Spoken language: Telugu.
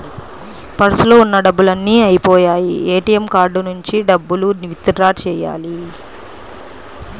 పర్సులో ఉన్న డబ్బులన్నీ అయ్యిపొయ్యాయి, ఏటీఎం కార్డు నుంచి డబ్బులు విత్ డ్రా చెయ్యాలి